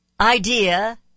idea